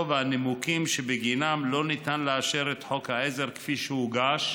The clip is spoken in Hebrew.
והנימוקים שבגינם לא ניתן לאשר את חוק העזר כפי שהוגש,